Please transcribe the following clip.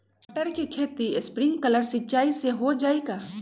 मटर के खेती स्प्रिंकलर सिंचाई से हो जाई का?